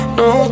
no